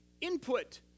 input